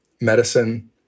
medicine